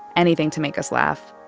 anything to make us laugh.